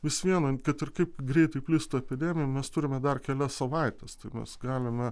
vis viena kad ir kaip kaip greitai plistų epidemija mes turime dar kelias savaites tai mes galime